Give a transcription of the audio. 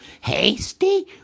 hasty